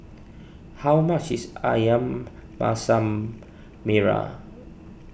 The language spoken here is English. how much is Ayam Masak Merah